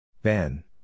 Ben